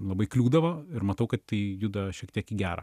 labai kliūdavo ir matau kad tai juda šiek tiek į gera